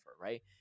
right